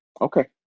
Okay